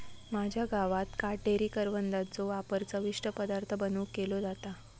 माझ्या गावात काटेरी करवंदाचो वापर चविष्ट पदार्थ बनवुक केलो जाता